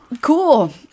Cool